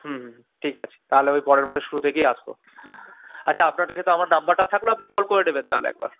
হুম হুম হুম ঠিক আছে তাহলে ওই পরের মাসের শুরু থেকেই আসবো আচ্ছা আপনার কাছে তো আমার নম্বরটা থাকলো আপনি কল করে নেবেন তাহলে একবার